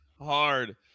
hard